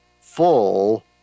full